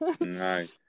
Nice